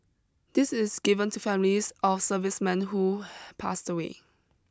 this is given to families of servicemen who pass away